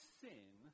sin